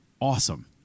awesome